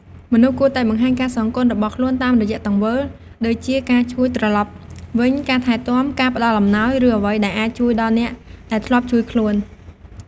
មនុស្សគួរតែបង្ហាញការសងគុណរបស់ខ្លួនតាមរយៈទង្វើ ដូចជាការជួយត្រឡប់វិញ ការថែទាំ ការផ្តល់អំណោយ ឬអ្វីដែលអាចជួយដល់អ្នកដែលធ្លាប់ជួយខ្លួន។